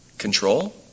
control